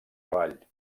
cavall